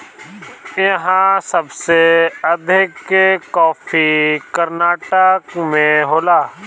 इहा सबसे अधिका कॉफ़ी कर्नाटक में होला